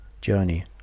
journey